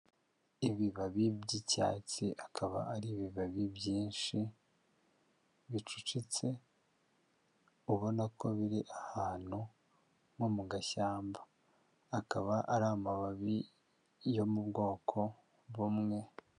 Ibibabi by'icyatsi, akaba ari ibibabi byinshi bicucitse ubona ko biri ahantu nko mu gashyamba, akaba ari amababi yo mu bwoko bumwe.